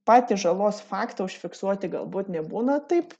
patį žalos faktą užfiksuoti galbūt nebūna taip